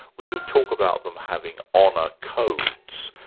we do talk about them having honour codes.